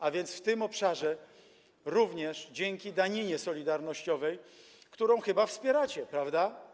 A więc w tym obszarze również dzięki daninie solidarnościowej, którą chyba wspieracie, prawda.